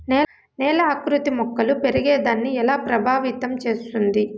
నేల ఆకృతి మొక్కలు పెరిగేదాన్ని ఎలా ప్రభావితం చేస్తుంది?